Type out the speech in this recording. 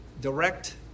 direct